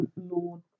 Lord